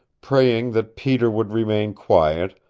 praying that peter would remain quiet,